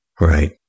Right